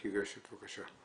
בקי קשת, בבקשה.